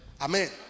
Amen